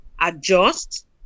adjust